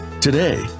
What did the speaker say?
Today